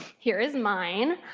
here is mine.